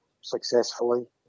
successfully